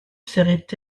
serait